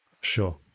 Sure